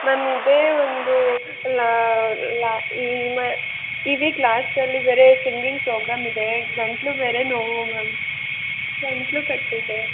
ma'am ಇದೇ ಒಂದು ಈ ವೀಕ್ ಲಾಸ್ಟಲ್ಲಿ ಬೇರೆ ಸಿಂಗಿಂಗ್ ಪ್ರೋಗ್ರಾಮ್ ಇದೆ ಗಂಟಲು ಬೇರೆ ನೋವು ಮ್ಯಾಮ್ ಗಂಟಲು ಕಟ್ಟಿದೆ